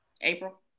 April